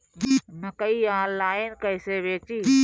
मकई आनलाइन कइसे बेची?